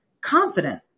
confident